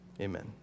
Amen